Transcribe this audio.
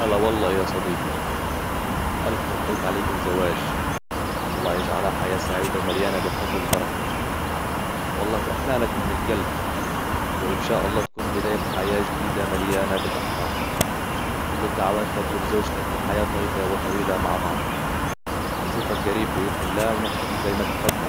هلا والله يا صديقي ألف مبروك عليك الزواج الله يجعلها حياة سعيدة ومليانة بالحب والبركة والله فرحنا لك من القلب وإن شاء الله تكون بداية حياة جديدة مليانة بالأفراح كل الدعوات لك ولزوجتك بحياة طيبة وطويلة مع بعض نشوفك قريب بإذن الله ونحتفل زي ما اتفقنا